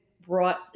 brought